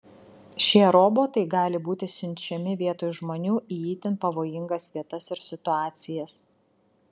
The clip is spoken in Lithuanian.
šie robotai gali būti siunčiami vietoj žmonių į itin pavojingas vietas ir situacijas